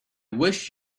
wish